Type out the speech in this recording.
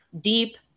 deep